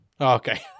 Okay